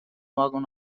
wagon